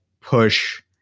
push